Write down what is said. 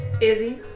izzy